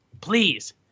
Please